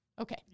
Okay